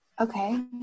Okay